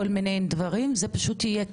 כל מיני דברים, כך זה יהיה?